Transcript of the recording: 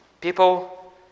People